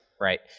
right